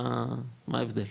מה ההבדל?